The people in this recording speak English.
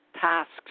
tasks